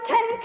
Ten